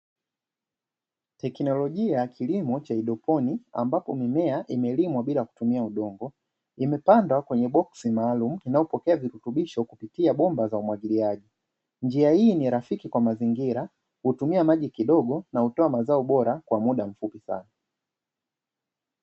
Teknolojia ya kilimo cha haidrponi ambapo mimea imelimwa bila kutumia udongo, imepandwa kwenye boksi maalumu inayopokea virutubisho kupitia bomba za umwagiliaji. Njia hii ni rafiki kwa mazingira hutumia maji kidogo na utoa mazao bora kwa muda mfupi sana.